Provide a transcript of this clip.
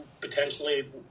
potentially